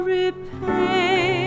repay